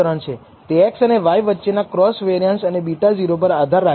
તે x અને y વચ્ચેના ક્રોસ કોવેરીયાંસ અને β0 પર આધાર રાખે છે